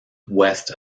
west